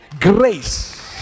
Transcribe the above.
grace